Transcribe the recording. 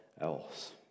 else